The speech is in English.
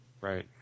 Right